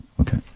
Okay